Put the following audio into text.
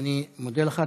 ואני מודה לך.